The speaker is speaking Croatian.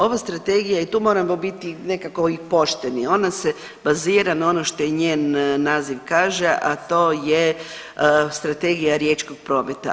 Ova strategija je i tu moramo biti nekako i pošteni, ona se bazira na ono što je njen naziv kaže, a to je Strategija riječkog prometa.